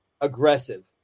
aggressive